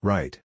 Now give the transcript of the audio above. Right